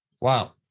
Wow